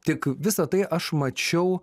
tik visa tai aš mačiau